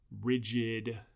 Rigid